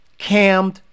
cammed